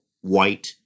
white